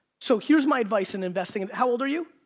so, here's my advice in investing. and how old are you?